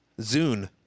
Zune